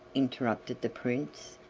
interrupted the prince.